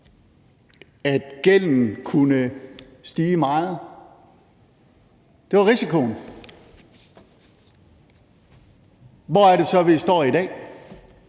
at gælden kunne stige meget. Det var risikoen. Hvor er det så, vi står i dag?